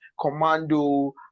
Commando